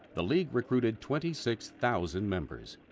the league recruited twenty six thousand members.